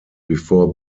before